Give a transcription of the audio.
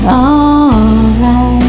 alright